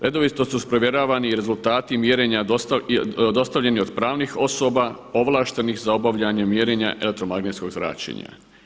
Redovito su provjeravani i rezultati mjerenja dostavljeni od pravnih osoba, ovlaštenih za obavljanje mjerenja elektromagnetskog zračenja.